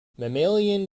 mammalian